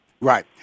Right